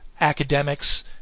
academics